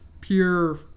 pure